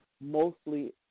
mostly